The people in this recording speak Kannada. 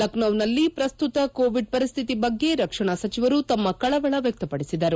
ಲಖನೌದಲ್ಲಿ ಪ್ರಸ್ತುತ ಕೋವಿಡ್ ಪರಿಸ್ಲಿತಿ ಬಗ್ಗೆ ರಕ್ಷಣಾ ಸಚಿವರು ತಮ್ಮ ಕಳವಳ ವ್ಯಕ್ತಪಡಿಸಿದರು